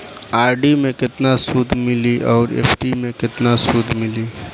RD मे केतना सूद मिली आउर एफ.डी मे केतना सूद मिली?